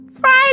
Friday